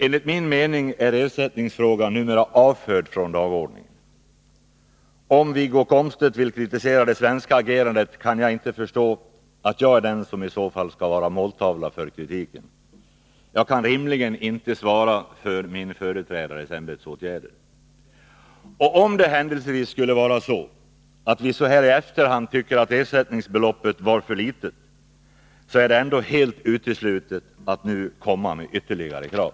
Enligt min mening är ersättningsfrågan numera avförd från dagordningen. Om Wiggo Komstedt vill kritisera det svenska agerandet, kan jag inte förstå att jag är den som i så fall skall vara måltavla för kritiken. Jag kan rimligen inte svara för min företrädares ämbetsåtgärder. Om det händelsevis skulle vara så, att vi så här i efterhand tycker att ersättningsbeloppet var för litet, är det ändå helt uteslutet att nu komma med ytterligare krav.